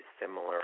similar